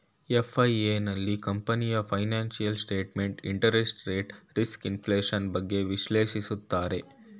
FIA, ನಲ್ಲಿ ಕಂಪನಿಯ financial statement, interest rate risk, inflation, ಬಗ್ಗೆ ವಿಶ್ಲೇಷಿಸುತ್ತಾರೆ